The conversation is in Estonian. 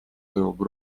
toimub